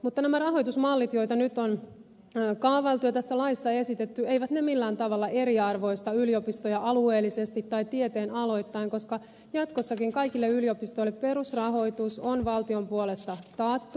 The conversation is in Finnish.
mutta nämä rahoitusmallit joita nyt on kaavailtu ja tässä laissa esitetty eivät millään tavalla eriarvoista yliopistoja alueellisesti tai tieteenaloittain koska jatkossakin kaikille yliopistoille perusrahoitus on valtion puolesta taattu